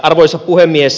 arvoisa puhemies